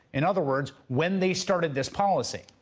in other words when they started this policy.